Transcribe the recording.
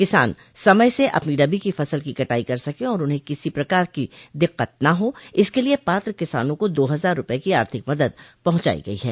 किसान समय से अपनी रबी की फसल की कटाई कर सकें और उन्हें किसी प्रकार की दिक्कत न हो इसके लिए पात्र किसानों को दो हजार रुपये की आर्थिक मदद पहुंचायी गयी है